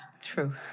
True